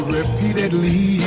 repeatedly